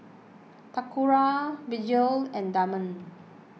Toccara Vergil and Damon